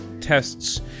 tests